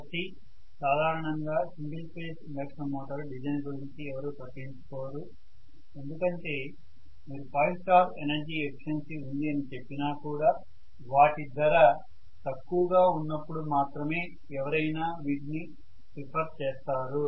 కాబట్టి సాధారణంగా single phase induction motor design గురించి ఎవరూ పట్టించుకోరు ఎందుకంటే మీరు 5 స్టార్ ఎనర్జీ ఎఫిషియన్సీ ఉంది అని చెప్పినా కూడా వాటి ధర తక్కువ గా ఉన్నపుడు మాత్రమే ఎవరైనా వీటిని ప్రిఫర్ చేస్తారు